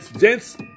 gents